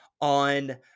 on